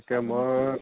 এতিয়া মই